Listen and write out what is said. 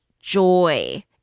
joy